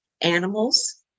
animals